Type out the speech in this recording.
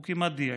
הוא כמעט דייק.